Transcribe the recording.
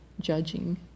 judging